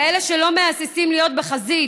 כאלה שלא מהססים להיות בחזית,